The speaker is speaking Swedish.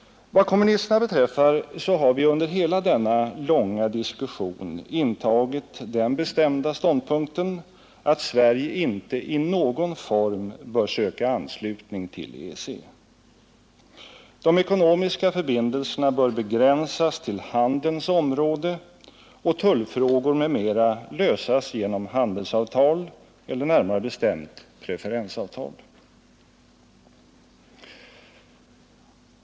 Vad kommunisterna beträffar så har vi under hela denna långa diskussion intagit den bestämda ståndpunkten att Sverige icke i någon form bör söka anslutning till EEC. De ekonomiska förbindelserna bör begränsas till handelns område och tullfrågor m.m. lösas genom handelsavtal eller närmare bestämt preferensavtal.